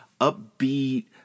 upbeat